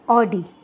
Audi